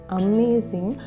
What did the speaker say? amazing